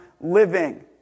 living